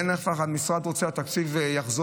אין אף אחד במשרד שרוצה שהתקציב יחזור,